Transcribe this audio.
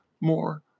more